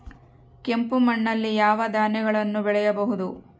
ಕೆಂಪು ಮಣ್ಣಲ್ಲಿ ಯಾವ ಧಾನ್ಯಗಳನ್ನು ಬೆಳೆಯಬಹುದು?